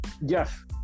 Yes